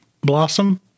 Blossom